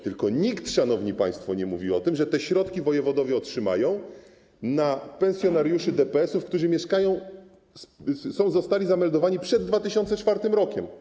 Tylko nikt, szanowni państwo, nie mówi o tym, że te środki wojewodowie otrzymają na pensjonariuszy DPS-ów, którzy mieszkają, którzy zostali tam zameldowani przed 2004 r.